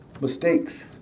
Mistakes